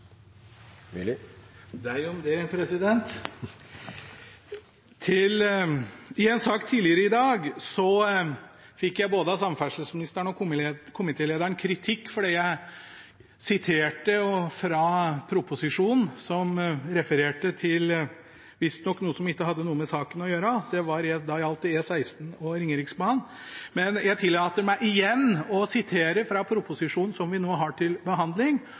Deg om det, president! I en sak tidligere i dag fikk jeg av både samferdselsministeren og komitélederen kritikk fordi jeg siterte fra proposisjonen som refererte til noe som visstnok ikke hadde noe med saken å gjøre. Da gjaldt det E16 og Ringeriksbanen. Men jeg tillater meg igjen å sitere fra proposisjonen vi nå har til behandling,